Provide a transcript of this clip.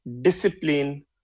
discipline